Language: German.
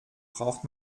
braucht